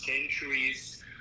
centuries